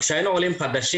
ז' בחשוון תשפ"ב,